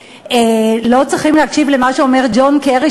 אנחנו לא צריכים להקשיב למה שאומר ג'ון קרי,